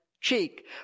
cheek